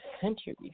centuries